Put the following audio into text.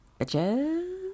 Bitches